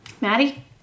Maddie